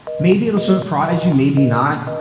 maybe it'll surprise you. maybe not.